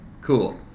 cool